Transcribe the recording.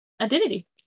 identity